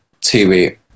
TV